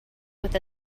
with